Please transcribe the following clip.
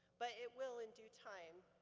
but it will in due time.